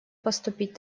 поступить